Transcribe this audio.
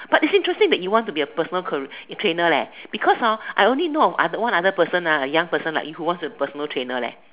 but is interesting that you want to be a personal career trainer leh because hor I only know of other one other person ah a young person like you who wants to personal trainer leh